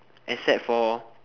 except for